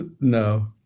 No